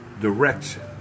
direction